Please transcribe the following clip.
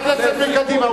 חברי הכנסת מקדימה,